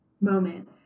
moment